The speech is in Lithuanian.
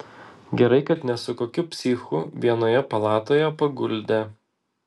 gerai kad ne su kokiu psichu vienoje palatoje paguldė